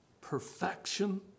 Perfection